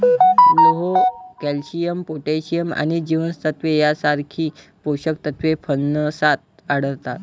लोह, calcium, potassium आणि जीवनसत्त्वे यांसारखी पोषक तत्वे फणसात आढळतात